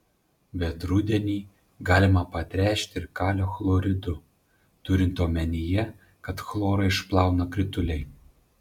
bet rudenį galima patręšti ir kalio chloridu turint omenyje kad chlorą išplauna krituliai